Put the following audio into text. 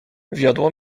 wiodło